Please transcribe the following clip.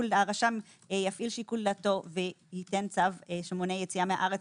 הרשם יפעיל שיקול דעתו וייתן צו שמונע יציאה מהארץ,